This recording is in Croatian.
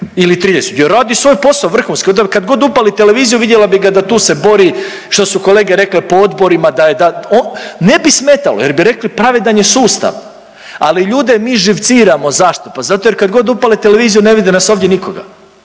ili 30 jer radi svoj posao vrhunski, onda kad god upali televiziju vidjela bi ga da tu se bori, što su kolege rekle, po odborima, da je, ne bi smetalo jer bi rekli pravedan je sustav. Ali ljude mi živciramo. Zašto? Pa zato jer kad god upale televiziju, ne vide nas ovdje nikoga.